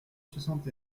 soixante